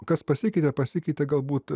kas pasikeitė pasikeitė galbūt